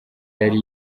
yari